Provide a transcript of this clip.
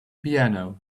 piano